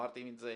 אמרתם את זה,